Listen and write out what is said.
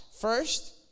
First